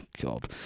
god